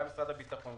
גם משרד הביטחון,